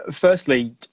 firstly